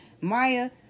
Maya